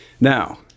Now